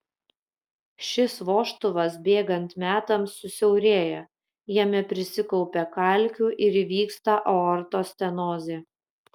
šis vožtuvas bėgant metams susiaurėja jame prisikaupia kalkių ir įvyksta aortos stenozė